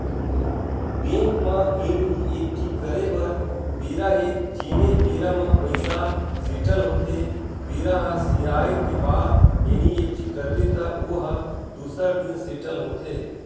bank म NEFT करे बर बेरा हे जेने बेरा म पइसा सेटल होथे बेरा ह सिराए के बाद एन.ई.एफ.टी करबे त ओ ह दूसर दिन सेटल होथे